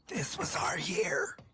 this was our year.